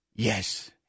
Yes